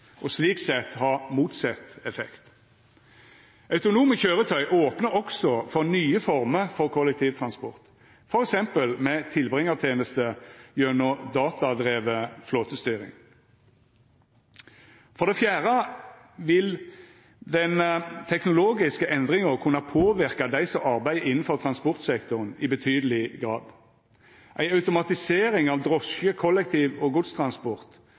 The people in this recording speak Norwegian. og slik sett ha motsett effekt. Autonome kjøretøy opnar òg for nye former for kollektivtransport, f.eks. med tilbringartenester gjennom datadriven flåtestyring. For det fjerde vil den teknologiske endringa kunna påverka dei som arbeider innanfor transportsektoren i betydeleg grad. Ei automatisering av drosje-, kollektiv- og